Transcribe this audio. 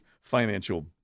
financial